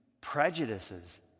prejudices